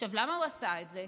עכשיו, למה הוא עשה את זה,